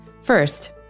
First